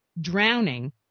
drowning